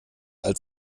als